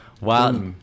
Wow